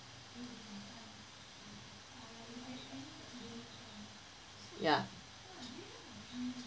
ya